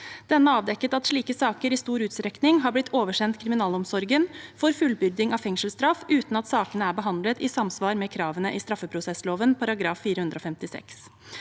den avdekket at slike saker i stor utstrekning er blitt oversendt kriminalomsorgen for fullbyrding av fengselsstraff uten at sakene er behandlet i samsvar med kravene i straffeprosessloven § 456.